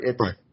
right